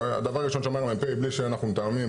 דבר ראשון שאומר המ"פ בלי שאנחנו מתאמים,